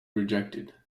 rejected